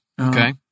okay